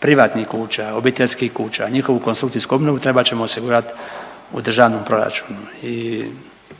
privatnih kuća, obiteljskih kuća i njihovu konstrukcijsku obnovu trebat ćemo osigurat u državnom proračunu